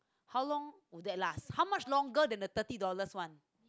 how long do they last how much longer than the thirty dollars one